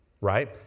Right